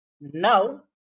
Now